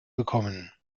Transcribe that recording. bekommen